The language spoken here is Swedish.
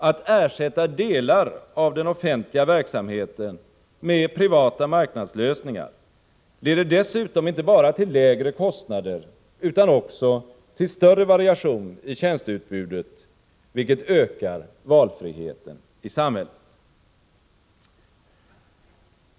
Att ersätta delar av den offentliga verksamheten med privata marknadslösningar leder dessutom inte bara till lägre kostnader utan också till större variation i tjänsteutbudet, vilket ökar valfriheten i samhället.